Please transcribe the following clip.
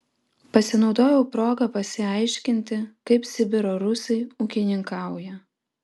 pasinaudojau proga pasiaiškinti kaip sibiro rusai ūkininkauja